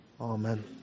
Amen